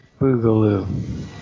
Boogaloo